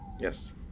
Yes